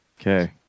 Okay